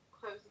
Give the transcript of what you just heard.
close